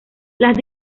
las